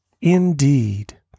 indeed